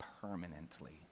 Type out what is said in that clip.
permanently